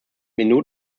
minuten